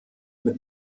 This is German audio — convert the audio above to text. mit